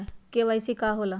KYC का होला?